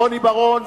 רוני בר-און,